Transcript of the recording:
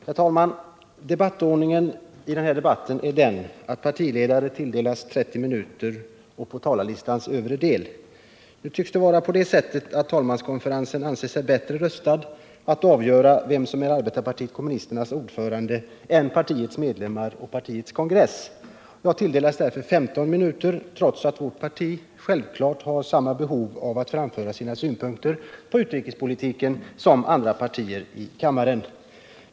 Herr talman! Debattordningen för den här överläggningen är den, att partiledare tilldelas 30 minuter och placeras på talarlistans övre del. Nu tycks det vara på det sättet att talmanskonferensen anser sig bättre rustad än partiets medlemmar och partiets kongress att avgöra vem som är arbetarpartiet kommunisternas ordförande. Jag tilldelas därför 15 minuter, trots att vårt parti självfallet har samma behov som andra partier i kammaren att framföra sina synpunkter på utrikespolitiken.